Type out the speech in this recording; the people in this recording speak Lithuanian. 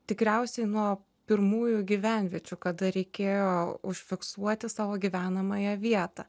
tikriausiai nuo pirmųjų gyvenviečių kada reikėjo užfiksuoti savo gyvenamąją vietą